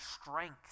strength